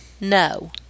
No